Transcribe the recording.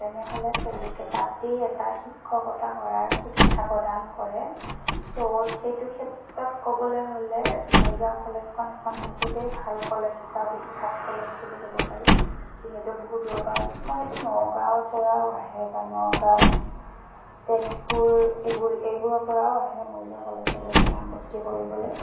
তেনেহ'লে তেওঁলোকে তাতেই এটা শিক্ষকতা কৰাৰ সুবিধা প্ৰদান কৰে চ' সেইটো ক্ষেত্ৰত ক'বলৈ হ'লে মৰিগাঁও কলেজখন এখন বহুতেই ভাল কলেজ বা বিখ্যাত কলেজ বুলি ক'ব পাৰি যিহেতু বহু দূৰৰ পৰা কিছুমানেতো নগাঁও পৰাও আহে বা নগাঁও তেজপুৰ এইবোৰ এইবোৰৰ পৰাও আহে মৰিগাঁও কলেজলৈকে নাম ভৰ্তি কৰিবলৈ